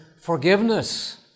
forgiveness